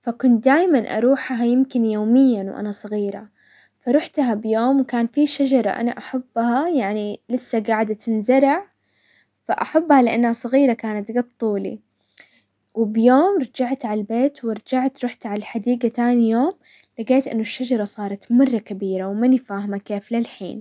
فكنت دايما اروحها يمكن يوميا وانا صغيرة، فرحتها بيوم وكان في شجرة انا احبها يعني لسه قاعدة تنزرع. احبها لانها صغيرة، كانت قد طولي، وبيوم رجعت عالبيت، ورجعت رحت عالحديقة تاني يوم لقيت ان الشجرة صارت مرة كبيرة، وماني فاهمة كيف للحين.